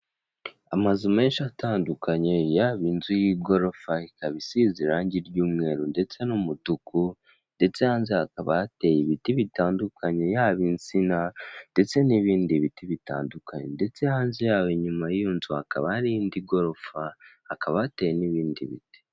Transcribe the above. Amazu menshi atandukanye yaba inzu y'igorofa ikaba isize irangi ry'umweru ndetse n'umutuku ndetse hanze hakaba hateye ibiti bitadukanye yaba insina ndetse n'ibindi biti bitandukanye ndetse hanze yayo inyuma y'iyo nzu hakaba hari indi gorofa hakaba hateye n'ibindi biti.